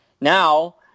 Now